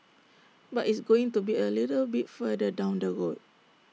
but it's going to be A little bit further down the road